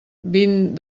vint